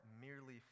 merely